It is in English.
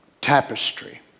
tapestry